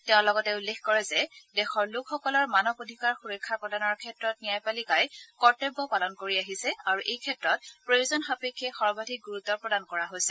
তেওঁ লগতে উল্লেখ কৰে যে দেশৰ লোকসকলৰ মানৱ অধিকাৰ সুৰক্ষা প্ৰদানৰ ক্ষেত্ৰত ন্যায়পালিকাই কৰ্তব্য পালন কৰি আহিছে আৰু এই ক্ষেত্ৰত প্ৰয়োজন সাপেক্ষে সৰ্বাধিক গুৰুত্ব প্ৰদান কৰি আহিছে